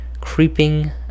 creeping